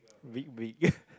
big big